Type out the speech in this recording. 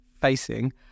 facing